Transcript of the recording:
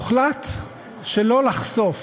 הוחלט שלא לחשוף